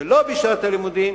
ולא בשעת הלימודים,